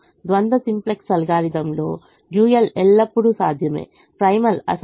ద్వంద్వ సింప్లెక్స్ అల్గోరిథంలో డ్యూయల్ ఎల్లప్పుడూ సాధ్యమే ప్రైమల్ అసాధ్యం